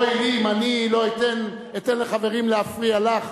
אוי לי אם אני אתן לחברים להפריע לך.